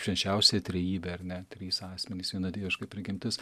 švenčiausią trejybę ar ne trys asmenys viena dieviška prigimtis